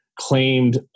claimed